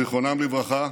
זיכרונם לברכה,